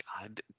God